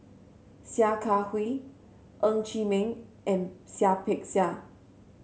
Sia Kah Hui Ng Chee Meng and Seah Peck Seah